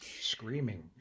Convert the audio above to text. screaming